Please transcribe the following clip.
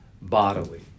bodily